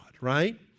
right